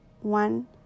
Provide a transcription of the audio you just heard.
one